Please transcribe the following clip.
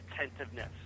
attentiveness